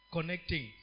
Connecting